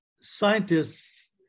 Scientists